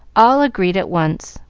all agreed at once,